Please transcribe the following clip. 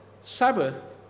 sabbath